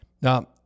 Now